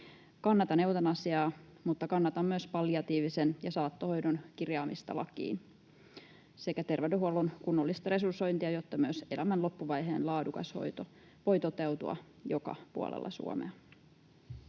Kannatan eutanasiaa, mutta kannatan myös palliatiivisen ja saattohoidon kirjaamista lakiin sekä terveydenhuollon kunnollista resursointia, jotta myös elämän loppuvaiheen laadukas hoito voi toteutua joka puolella Suomea.